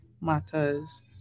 matters